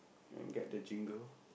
and get the jingle